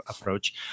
approach